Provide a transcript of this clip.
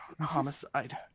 homicide